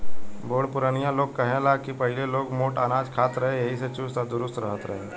बुढ़ पुरानिया लोग कहे ला की पहिले लोग मोट अनाज खात रहे एही से चुस्त आ दुरुस्त रहत रहे